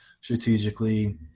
strategically